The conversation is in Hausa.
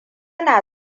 na